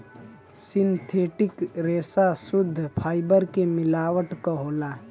synthetic रेसा सुद्ध fibre के मिलावट क रूप होला